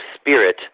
spirit